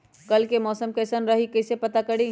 कल के मौसम कैसन रही कई से पता करी?